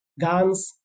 guns